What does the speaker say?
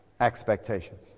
expectations